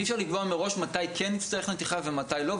אי אפשר לקבוע מראש מתי כן נצטרך נתיחה ומתי לא,